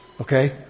okay